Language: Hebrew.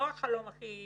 לא החלום הכי פרוע,